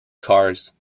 cars